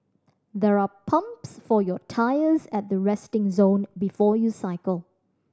there are pumps for your tyres at the resting zone before you cycle